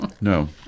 No